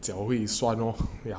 脚会酸 lor yeah